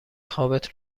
خوابت